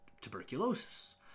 tuberculosis